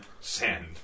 send